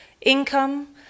income